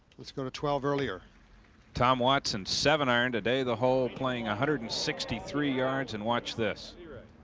let's go to twelve earlier tom watson seven iron today the hole playing a hundred and sixty-three yards. and watch this.